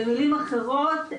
במילים אחרות,